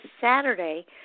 Saturday